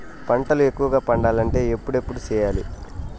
పంటల ఎక్కువగా పండాలంటే ఎప్పుడెప్పుడు సేయాలి?